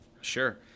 Sure